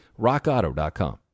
rockauto.com